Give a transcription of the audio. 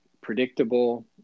predictable